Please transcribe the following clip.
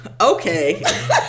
Okay